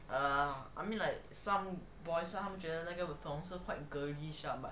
um I mean like some boys 觉得那个粉红色 quite girlish ah